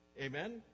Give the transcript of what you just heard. Amen